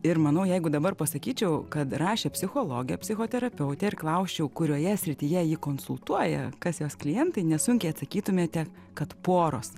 ir manau jeigu dabar pasakyčiau kad rašė psichologė psichoterapeutė ir klausčiau kurioje srityje ji konsultuoja kas jos klientai nesunkiai atsakytumėte kad poros